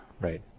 right